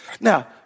Now